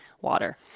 water